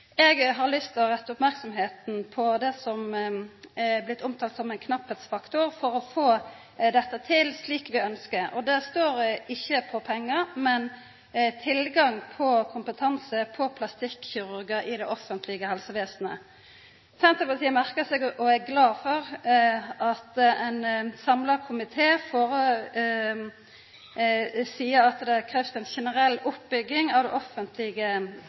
Eg har lyst til å rette merksemda mot det som er blitt omtalt som ein knappleiksfaktor for å få dette til slik vi ønskjer. Det står ikkje på pengar, men tilgang på kompetanse og på plastikkirurgar i det offentlege helsevesenet. Senterpartiet merkar seg og er glad for at ein samla komite seier at det krevst ei generell oppbygging av offentlege